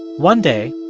one day,